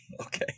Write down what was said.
okay